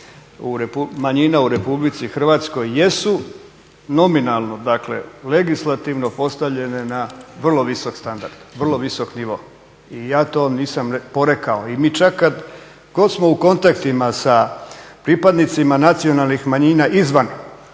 manjina u RH jesu nominalno, dakle, legislativno postavljene na vrlo visok standard, vrlo visok nivo i ja to nisam porekao. I mi čak kad god smo u kontaktima sa pripadnicima nacionalnih manjina izvan